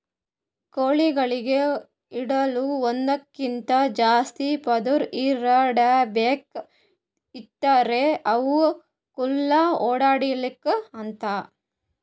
ಕೋಳಿಗೊಳಿಗ್ ಇಡಲುಕ್ ಒಂದಕ್ಕಿಂತ ಜಾಸ್ತಿ ಪದುರ್ ಇರಾ ಡಬ್ಯಾಗ್ ಇಡ್ತಾರ್ ಅವು ಖುಲ್ಲಾ ಓಡ್ಯಾಡ್ಲಿ ಅಂತ